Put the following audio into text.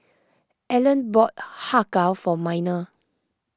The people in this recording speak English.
Alleen bought Har Kow for Minor